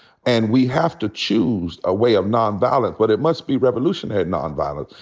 and we have to choose a way of nonviolent. but it must be revolutionary nonviolent.